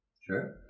Sure